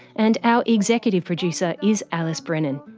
and our executive producer is alice brennan.